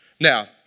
Now